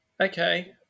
Okay